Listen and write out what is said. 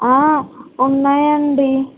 ఉన్నాయండి